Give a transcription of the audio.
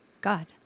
God